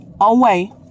away